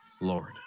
lord